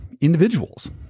individuals